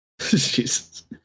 Jesus